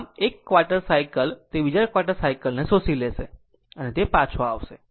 આમ 1 1 quarter cycle તે બીજા ક્વાર્ટર સાયકલ ને શોષી લેશે તે પાછો આવશે